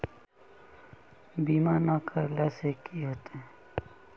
बीमा ना करेला से की होते?